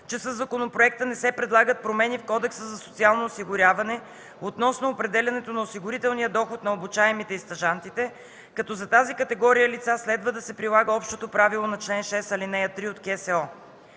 че със Законопроекта не се предлагат промени в Кодекса за социално осигуряване (КСО) относно определянето на осигурителния доход на обучаемите и стажантите, като за тази категория лица следва да се прилага общото правило на чл. 6, ал. 3 от КСО.